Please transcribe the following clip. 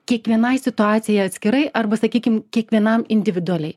kiekvienai situacijai atskirai arba sakykim kiekvienam individualiai